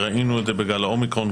ראינו את זה בגל האומיקרון,